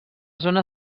zona